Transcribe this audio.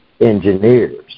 engineers